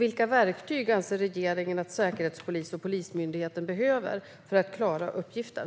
Vilka verktyg anser regeringen att säkerhetspolis och polismyndighet behöver för att klara uppgiften?